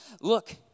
look